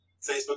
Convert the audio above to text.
Facebook